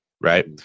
right